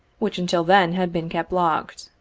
which until then had been kept locked.